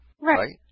Right